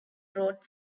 road